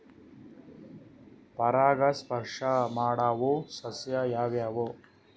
ಪರಾಗಸ್ಪರ್ಶ ಮಾಡಾವು ಸಸ್ಯ ಯಾವ್ಯಾವು?